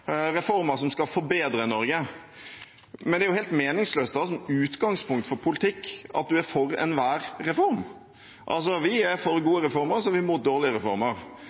reformer, reformer som skal forbedre Norge. Men det er jo helt meningsløst som utgangspunkt for politikk at man er for enhver reform. Vi er for gode reformer, og vi er imot dårlige reformer.